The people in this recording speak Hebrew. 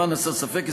למען הסר ספק,